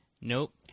nope